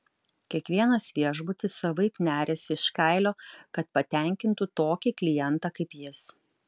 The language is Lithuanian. kiekvienas viešbutis savaip neriasi iš kailio kad patenkintų tokį klientą kaip jis